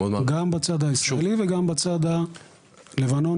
גם בצד הישראלי וגם בצד הלבנוני-סורי-ירדני.